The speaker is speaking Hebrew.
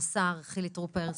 השר חילי טרופר,